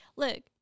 Look